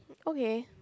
okay